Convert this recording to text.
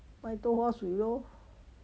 卖豆花水 lor